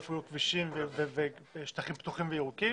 היכן יהיו כבישים ושטחים פתוחים וירוקים,